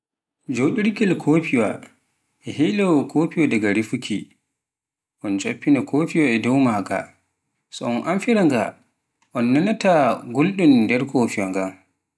joɗirgel kofiwa e heelo kofiiwa daga rufuuki, un cuffina kofiwa dow maaga so a amfira nga, a nanaana wulon nder kofiwa ngan.